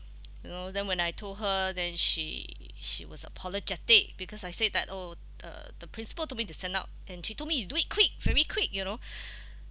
you know then when I told her then she she was apologetic because I said that oh uh the principal told me to send out and she told me you do it quick very quick you know